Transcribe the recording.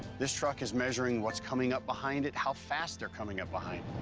this truck is measuring what's coming up behind it, how fast they're coming up behind.